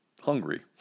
hungry